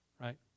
right